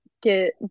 get